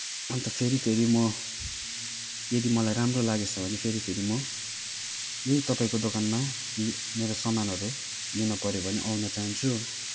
अन्त फेरि फेरि म यदि मलाई राम्रो लागेछ भने फेरि फेरि म यही तपाईँको दोकानमा म मेरो सामानहरू लिनपऱ्यो भने आउन चाहन्छु